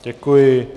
Děkuji.